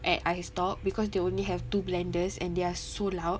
at Ice Talk cause they only have two blenders and they're so loud